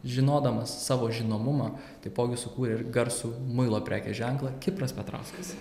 žinodamas savo žinomumą taipogi sukūrė ir garsų muilo prekės ženklą kipras petrauskas